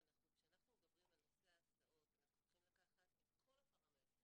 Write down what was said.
כשאנחנו מדברים על נושא ההסעות אנחנו צריכים לקחת את כל הפרמטרים,